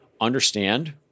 Understand